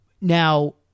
Now